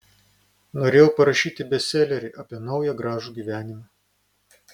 norėjau parašyti bestselerį apie naują gražų gyvenimą